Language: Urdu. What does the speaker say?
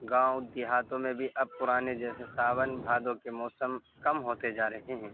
گاؤں دیہاتوں میں بھی اب پرانے جیسے ساون بھادوں کے موسم کم ہوتے جا رہے ہیں